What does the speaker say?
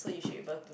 so you should able to